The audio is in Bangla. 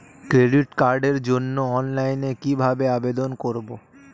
ক্রেডিট কার্ডের জন্য অনলাইনে কিভাবে আবেদন করব?